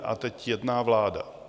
A teď jedná vláda.